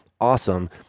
awesome